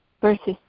versus